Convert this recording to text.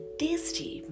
tasty